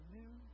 new